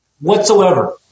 whatsoever